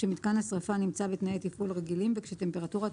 כשמיתקן השריפה נמצא בתנאי תפעול רגילים וכשטמפרטורת